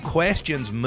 questions